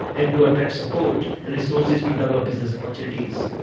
and to attract support and resources to develop business opportunities.